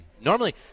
normally